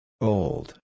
Old